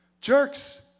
jerks